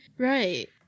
Right